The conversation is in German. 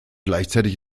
gleichzeitig